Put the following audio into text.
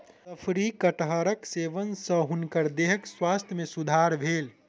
शफरी कटहरक सेवन सॅ हुनकर देहक स्वास्थ्य में सुधार भेल